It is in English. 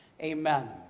Amen